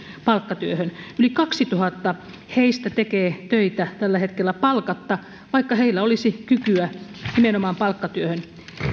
palkkatyöhön yli kaksituhatta heistä tekee töitä tällä hetkellä palkatta vaikka heillä olisi kykyä nimenomaan palkkatyöhön